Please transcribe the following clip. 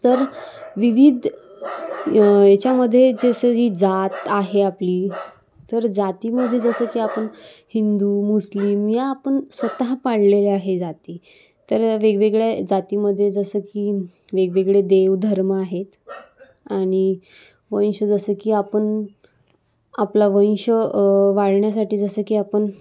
तर विविध याच्यामध्ये जसं जी जात आहे आपली तर जातीमध्ये जसं की आपण हिंदू मुस्लिम या आपण स्वतः पाळलेल्या आहे जाती तर वेगवेगळ्या जातीमध्ये जसं की वेगवेगळे देव धर्म आहेत आणि वंश जसं की आपण आपला वंश वाढण्यासाठी जसं की आपण